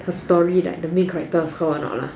her story like the main character was her or not lah